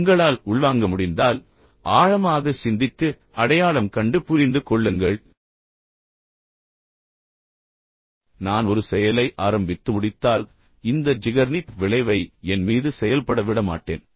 உங்களால் உள்வாங்க முடிந்தால் ஆழமாக சிந்தித்து அடையாளம் கண்டு புரிந்து கொள்ளுங்கள் நான் ஒரு செயலை ஆரம்பித்து முடித்தால் இந்த ஜிகர்னிக் விளைவை என் மீது செயல்பட விடமாட்டேன்